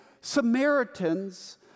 Samaritans